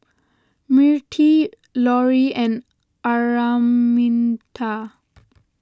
Mirtie Lorie and Araminta